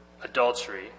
adultery